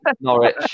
Norwich